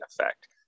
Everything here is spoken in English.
effect